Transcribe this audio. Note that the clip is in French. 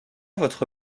votre